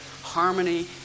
harmony